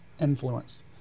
influence